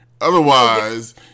Otherwise